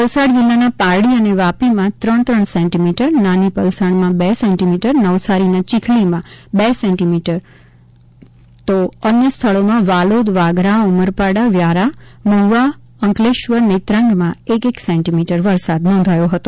વલસાડ જિલ્લાના પારડી અને વાપીમાં ત્રણ ત્રણ સેન્ટીમીટર નાની પાલસનમાં બે સેન્ટીમીટર નવસારીના ચીખલીમાં બે સેન્ટીમીટર તથા અન્ય સ્થળોમાં વાલોદ વાગરા ઉમરપાડા વ્યારા મહુવા અંકલેશ્વર નેત્રાંગમાં એક એક સેન્ટીમીટર વરસાદ નોંધાયો હતો